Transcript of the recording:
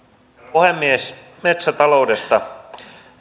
puhemies metsätaloudesta